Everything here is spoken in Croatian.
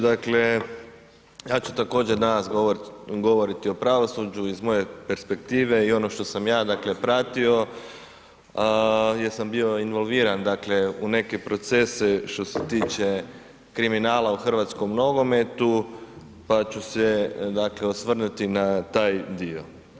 Dakle, ja ću također danas govoriti o pravosuđu iz moje perspektive i ono što sam ja pratio, jer sam bio involviran u neke procese što se tiče kriminala u hrvatskom nogometu pa ću se osvrnuti na taj dio.